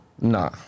Nah